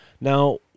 Now